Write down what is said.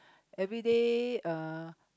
everyday uh